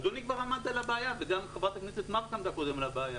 אדוני כבר עמד על הבעיה וגם חברת הכנסת מארק עמדה קודם על הבעיה.